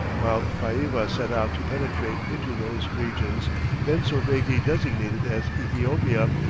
while paiva set out to penetrate into those regions then so vaguely designated as ethiopia,